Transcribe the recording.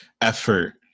effort